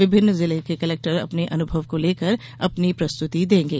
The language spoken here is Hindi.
विभिन्न जिलों के कलेक्टर अपने अनुभव को लेकर अपनी प्रस्तुति देंगे